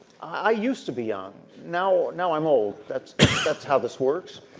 i used to be um now now i'm old. that's that's how this works.